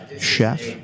Chef